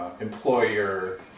employer